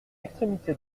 extrémité